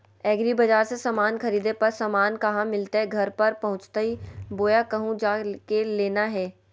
एग्रीबाजार से समान खरीदे पर समान कहा मिलतैय घर पर पहुँचतई बोया कहु जा के लेना है?